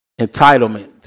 entitlement